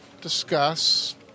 discuss